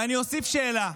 ואני אוסיף שאלה: